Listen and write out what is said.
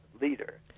leader